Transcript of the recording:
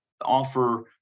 offer